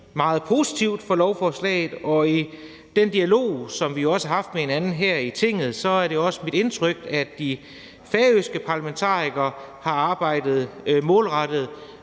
meget positive over for lovforslaget, og ud fra den dialog, som vi har haft med hinanden her i Tinget, er det også mit indtryk, at de færøske parlamentarikere har arbejdet målrettet